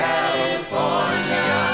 California